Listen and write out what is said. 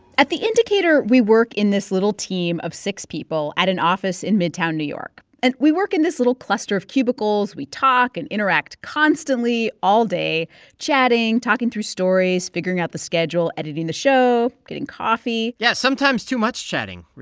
at the indicator, we work in this little team of six people at an office in midtown new york, and we work in this little cluster of cubicles. we talk and interact constantly all day chatting, talking through stories, figuring out the schedule, editing the show, getting coffee yeah, sometimes too much chatting,